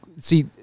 see